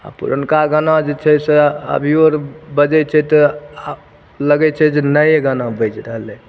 आ पुरनका गाना जे छै से अभियोआर बजै छै तऽ आ लगै छै जे नये गाना बाजि रहलै